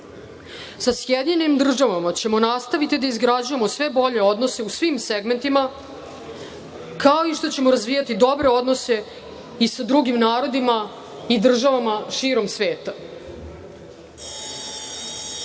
Amerikom. Sa SAD ćemo nastaviti da izgrađujemo sve bolje odnose u svim segmentima, kao i što ćemo razvijati dobre odnose i sa drugim narodima i državama širom sveta. Veliki